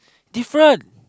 different